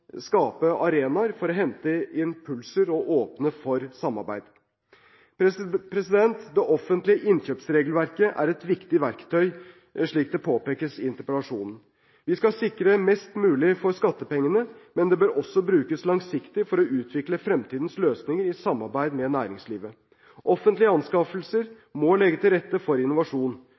skape arenaer for å hente impulser og åpne for samarbeid. Det offentlige innkjøpsregelverket er et viktig verktøy, slik det påpekes i interpellasjonen. Vi skal sikre mest mulig for skattepengene, men det bør også brukes langsiktig for å utvikle fremtidens løsninger i samarbeid med næringslivet. Offentlige anskaffelser må legge til rette for innovasjon.